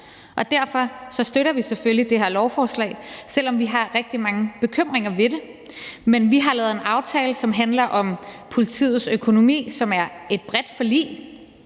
Derfor støtter vi selvfølgelig det her lovforslag, selv om vi har rigtig mange bekymringer i forhold til det. Vi har lavet en aftale, som handler om politiets økonomi, og som er et bredt forlig,